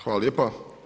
Hvala lijepa.